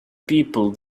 people